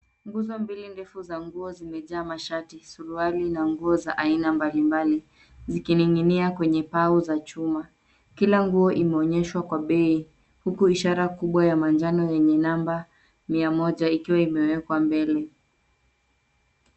Nguzo mbili ndefu za nguo zimejaa mashati, suruali na nguo za aina mbalimbali zikining'inia kwenye pao za chuma. Kila nguo imeonyeshwa kwa bei huku ishara kubwa ya manjano yenye namba mia moja ikiwa imewekwa mbele.